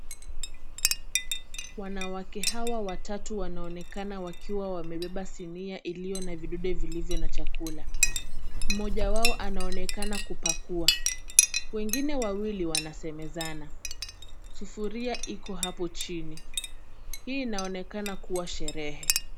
Wanawake hawa watatu wanaonekana wakiwa wamebeba sinia iliyo na vidude vilivyo na chakula. Mmoja wao anaoenakana kupakua. Wengine wawili wanasemezana. Sufuria iko hapo chini. Hii inaonekana kuwa sherehe.